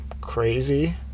crazy